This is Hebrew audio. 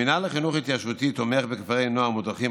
המינהל לחינוך התיישבותי תומך בכפרי נוער מודרכים,